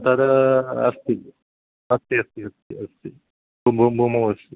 तद् अस्ति अस्ति अस्ति अस्ति अस्ति अस्ति